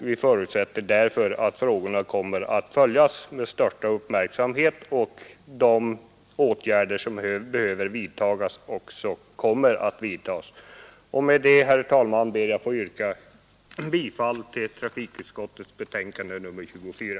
Vi förutsätter därför att frågorna kommer att följas med största uppmärksamhet och att de åtgärder som är behövliga kommer att vidtas. Med det anförda, herr talman, ber jag att få yrka bifall till utskottets hemställan i trafikutskottets betänkande nr 24.